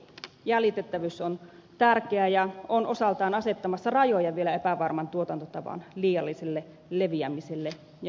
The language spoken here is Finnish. jäljitettävyys on tärkeää ja on osaltaan asettamassa rajoja vielä epävarman tuotantotavan liialliselle leviämiselle ja hyvä niin